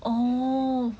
oh